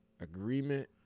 Agreement